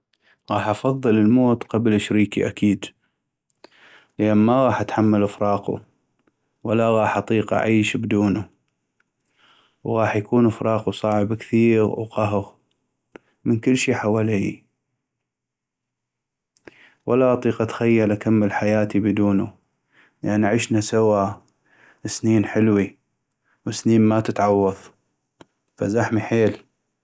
غاح أفضل الموت قبل شريكي اكيد ، لان ما غاح أتحمل فراقو و لا غاح اطيق اعيش بدونو وغاح يكون فراقو صعب كثيغ وقهغ من كل شي حوليي ، ولا اطيق اتخيل اكمل حياتي بدونو ، لأن عشنا سوى سنين حلوي وسنين ما تتعوض ف زحمي حيل.